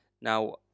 now